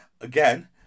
Again